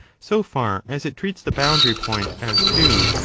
so far as it treats the boundary-point as two,